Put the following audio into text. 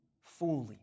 fully